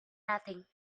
nothing